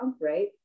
right